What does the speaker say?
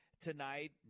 tonight